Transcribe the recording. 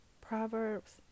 Proverbs